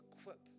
equip